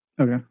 Okay